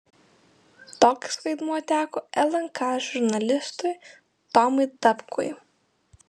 toks vaidmuo teko lnk žurnalistui tomui dapkui